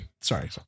sorry